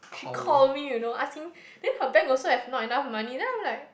she call me you know asking then her bank also have not enough money then I'm like